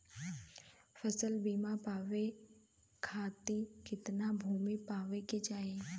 फ़सल बीमा पावे खाती कितना भूमि होवे के चाही?